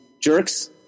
jerks